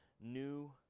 new